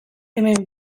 hemen